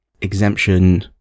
exemption